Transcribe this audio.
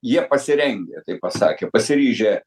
jie pasirengę taip pasakė pasiryžę